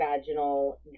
vaginal